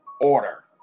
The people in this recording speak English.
Order